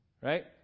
Right